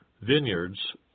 vineyards